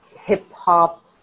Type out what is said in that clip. hip-hop